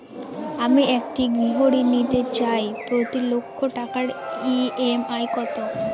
আমি একটি গৃহঋণ নিতে চাই প্রতি লক্ষ টাকার ই.এম.আই কত?